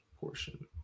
portion